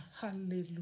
Hallelujah